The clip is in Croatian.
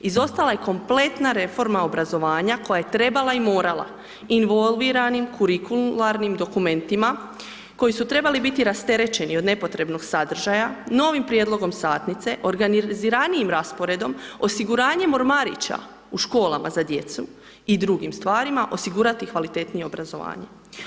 Izostala je kompletna reforma obrazovanja koja je trebala i morala involviranim kurikularnim dokumentima, koji su trebali biti rasterećeni od nepotrebnog sadržaja, novim prijedlogom satnice, organiziranijim rasporedom, osiguranjem ormarića u školama za djecu i drugim stvarima, osigurati kvalitetnije obrazovanje.